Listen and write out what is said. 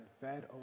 fed